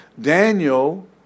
Daniel